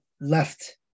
left